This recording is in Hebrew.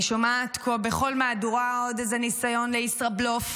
אני שומעת פה בכל מהדורה עוד איזה ניסיון לישראבלוף